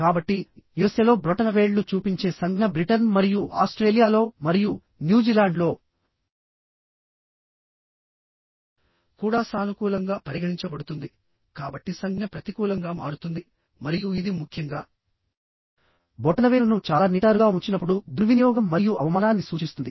కాబట్టి యుఎస్ఎలో బ్రొటనవేళ్లు చూపించే సంజ్ఞ బ్రిటన్ మరియు ఆస్ట్రేలియాలో మరియు న్యూజిలాండ్లో కూడా సానుకూలంగా పరిగణించబడుతుంది కాబట్టి సంజ్ఞ ప్రతికూలంగా మారుతుంది మరియు ఇది ముఖ్యంగా బొటనవేలును చాలా నిటారుగా ఉంచినప్పుడు దుర్వినియోగం మరియు అవమానాన్ని సూచిస్తుంది